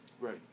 Right